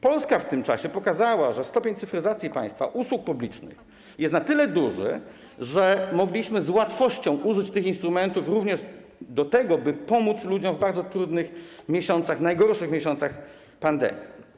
Polska w tym czasie pokazała, że stopień cyfryzacji państwa, usług publicznych jest na tyle duży, że mogliśmy z łatwością użyć tych instrumentów również do tego, by pomóc ludziom w bardzo trudnych miesiącach, najgorszych miesiącach pandemii.